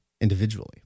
individually